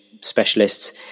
specialists